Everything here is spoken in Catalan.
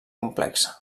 complexa